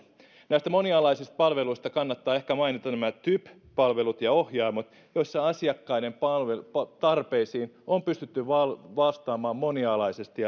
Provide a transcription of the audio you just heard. näistä monialaisista palveluista kannattaa ehkä mainita nämä typ palvelut ja ohjaamot joissa asiakkaiden tarpeisiin on pystytty vastaamaan vastaamaan monialaisesti